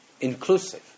inclusive